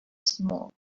small